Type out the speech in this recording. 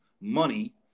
money